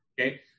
Okay